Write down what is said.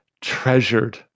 treasured